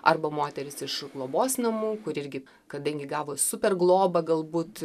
arba moteris iš globos namų kur irgi kadangi gavo super globą galbūt